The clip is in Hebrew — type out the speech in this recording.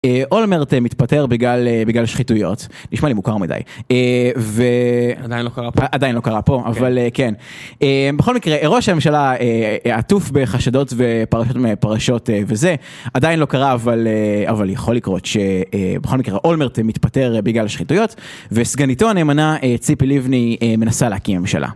אולמרט מתפטר בגלל שחיתויות, נשמע לי מוכר מדי, ו... עדיין לא קרה פה. עדיין לא קרה פה, אבל כן. בכל מקרה, ראש הממשלה עטוף בחשדות ופרשות וזה, עדיין לא קרה, אבל יכול לקרות שבכל מקרה אולמרט מתפטר בגלל שחיתויות, וסגניתו הנאמנה ציפי ליבני מנסה להקים הממשלה.